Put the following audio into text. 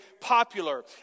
popular